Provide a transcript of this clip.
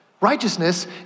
Righteousness